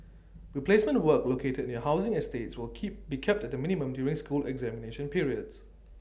replacement work located near housing estates will be kept at the minimum during school examination periods